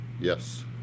Yes